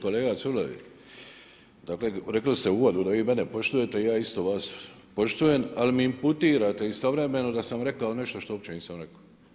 Kolega Culej, dakle, rekli ste u uvodu da vi mene poštujete, i ja isto vas poštujem, ali mi imputirate istovremeno, da sam rekao nešto što uopće nisam rekao.